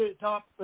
top